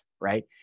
Right